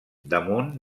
damunt